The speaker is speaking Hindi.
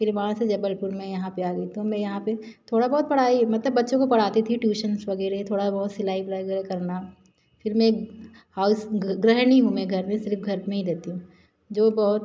फिर वहाँ से जबलपुर मैं यहाँ पे आ गई तो मैं यहाँ पे थोड़ा बहुत पढ़ाई मतलब बच्चों को पढ़ाती थी ट्यूशंस वगैरह थोड़ा बहुत सिलाई ओलाई वगैरह करना फिर मैं हाउस गृहणी हूँ मैं घर में सिर्फ घर में ही रहती हूँ जो बहुत